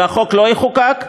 והחוק לא יחוקק,